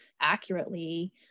accurately